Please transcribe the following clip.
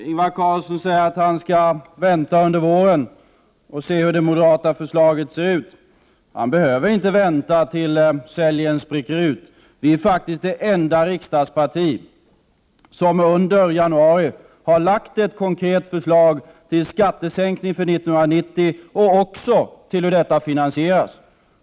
Ingvar Carlsson säger att han under våren skall invänta hur det moderata skatteförslaget ser ut. Han behöver inte vänta tills sälgen spricker ut. Vi är faktiskt det enda riksdagsparti som under januari har lagt fram ett konkret förslag om sänkt skatt för 1990. Vi har också lagt fram förslag om hur detta skall finansieras.